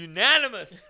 Unanimous